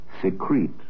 secrete